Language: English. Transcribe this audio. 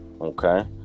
okay